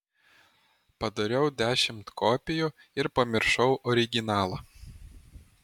padariau dešimt kopijų ir pamiršau originalą